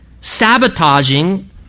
sabotaging